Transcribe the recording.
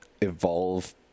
evolve